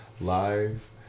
live